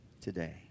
today